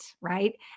right